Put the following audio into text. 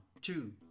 two